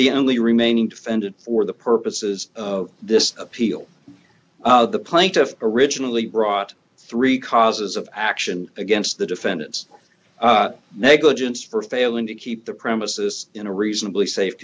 the only remaining defendant for the purposes of this appeal the plaintiff originally brought three causes of action against the defendant's negligence for failing to keep the premises in a reasonably safe